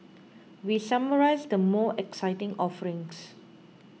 we summarise the more exciting offerings